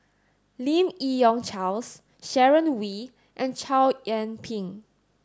Lim Yi Yong Charles Sharon Wee and Chow Yian Ping